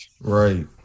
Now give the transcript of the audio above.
Right